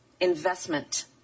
investment